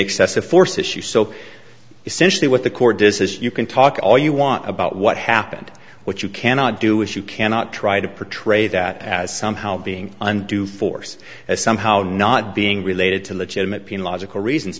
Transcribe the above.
excessive force issue so essentially what the court does is you can talk all you want about what happened what you cannot do is you cannot try to portray that as somehow being undue force as somehow not being related to legitimate pain logical reasons